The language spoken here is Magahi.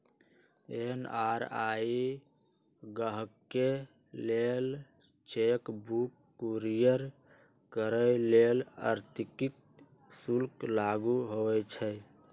एन.आर.आई गाहकके लेल चेक बुक कुरियर करय लेल अतिरिक्त शुल्क लागू होइ छइ